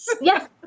Yes